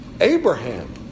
Abraham